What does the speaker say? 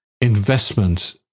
investment